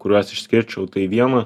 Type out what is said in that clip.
kuriuos išskirčiau tai viena